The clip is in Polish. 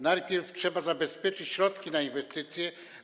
Najpierw trzeba zabezpieczyć środki na inwestycje.